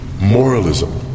moralism